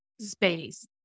space